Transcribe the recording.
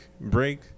break